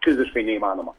fiziškai neįmanoma